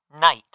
Night